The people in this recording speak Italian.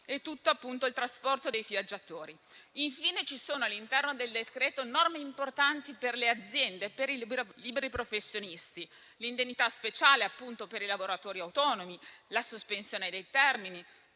di tutto il trasporto dei viaggiatori. Infine, all'interno del decreto ci sono norme importanti per le aziende e per i liberi professionisti, l'indennità speciale per i lavoratori autonomi, la sospensione dei termini,